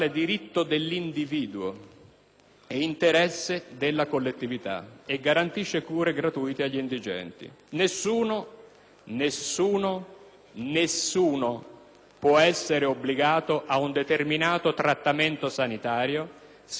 e interesse della collettività, e garantisce cure gratuite agli indigenti. Nessuno» - ripeto nessuno - «può essere obbligato ad un determinato trattamento sanitario se non per disposizione di legge.